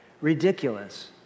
ridiculous